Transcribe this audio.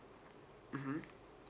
mmhmm